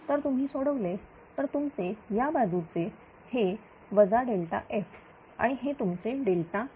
तर तुम्ही सोडवले तर ते तुमचे या बाजूचे हे वजा F आणि हे तुमचे E